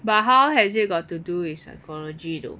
but how has it got to do with psychology though